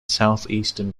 southeastern